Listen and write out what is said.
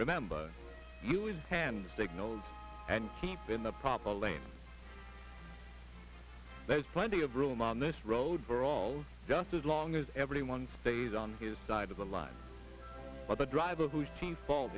remember he was hand signals and keep in the proper lane there's plenty of room on this road we're all just as long as everyone stays on his side of the line but the driver who's t fault